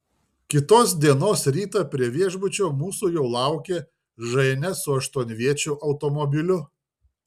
kitos dienos rytą prie viešbučio mūsų jau laukė ženia su aštuonviečiu automobiliu